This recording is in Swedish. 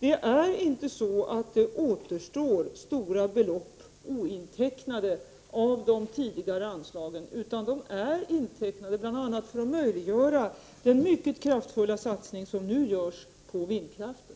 Det återstår inte några stora belopp ointecknade av de tidigare anslagen, utan de är intecknade bl.a. för att möjliggöra den mycket kraftfulla satsning som nu görs på vindkraften.